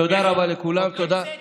ותודה רבה לכולם, ותודה, לא לזה התכוונתי,